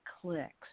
clicks